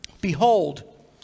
behold